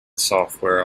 software